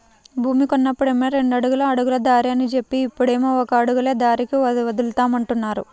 భూమి కొన్నప్పుడేమో రెండడుగుల అడుగుల దారి అని జెప్పి, ఇప్పుడేమో ఒక అడుగులే దారికి వదులుతామంటున్నారు